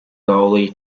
goalie